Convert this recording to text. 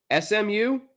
SMU